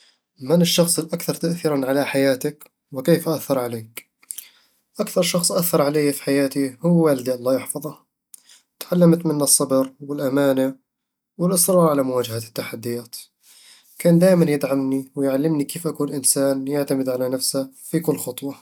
من الشخص الأكثر تأثيرًا على حياتك؟ وكيف أثر عليك؟ أكثر شخص أثر عليّ في حياتي هو والدي الله يحفظه تعلمت منه الصبر والأمانة والإصرار على مواجهة التحديات كان دايمًا يدعمني ويعلمني كيف أكون إنسان يعتمد على نفسه في كل خطوة